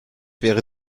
wäre